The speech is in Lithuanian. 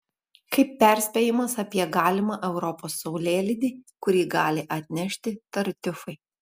kaip perspėjimas apie galimą europos saulėlydį kurį gali atnešti tartiufai